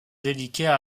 délicat